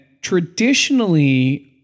traditionally